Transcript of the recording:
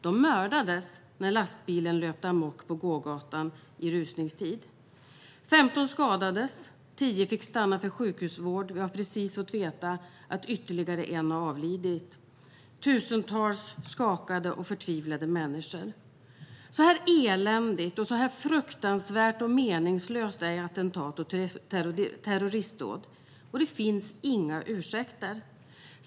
De mördades när lastbilen löpte amok på gågatan i rusningstid. 15 skadades, varav 10 fick stanna för sjukhusvård - vi har precis fått veta att ytterligare en person har avlidit - och det var tusentals skakade och förtvivlade människor. Så eländiga, så fruktansvärda och så meningslösa är attentat och terroristdåd. Det finns inga ursäkter.